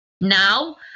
now